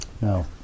no